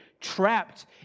trapped